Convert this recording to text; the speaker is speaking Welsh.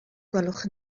gwelwch